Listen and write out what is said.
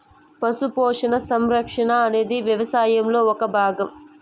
పశు పోషణ, సంరక్షణ అనేది వ్యవసాయంలో ఒక భాగం